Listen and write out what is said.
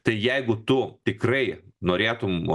tai jeigu tu tikrai norėtum